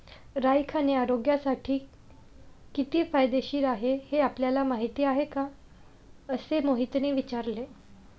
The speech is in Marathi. राई खाणे आरोग्यासाठी किती फायदेशीर आहे हे आपल्याला माहिती आहे का? असे मोहितने विचारले